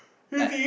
like